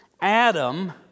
Adam